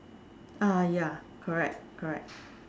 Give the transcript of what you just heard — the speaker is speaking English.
ah ya correct correct